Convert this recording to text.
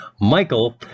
Michael